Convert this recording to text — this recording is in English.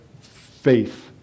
faith